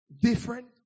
different